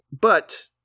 But-